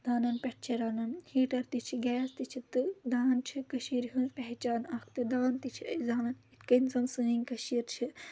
دانَن پؠٹھ چھِ رَنَان ہیٖٹَر تہِ چھِ گیس تہِ چھِ تہٕ دان چھِ کٔشیٖرِ ہِنٛز پہچان اَکھ تہٕ دان تہِ چھِ أسۍ زَن یِتھ کٔنۍ زَن سٲنۍ کٔشیٖر چھِ